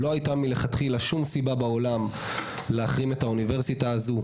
לא היתה מלכתחילה שום סיבה להחרים את האוניברסיטה הזו.